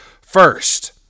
first